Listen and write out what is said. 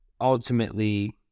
ultimately